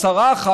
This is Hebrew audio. או שרה אחת,